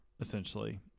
essentially